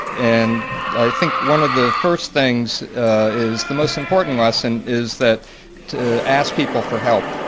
and i think one of the first things is the most important lesson, is that to ask people for help.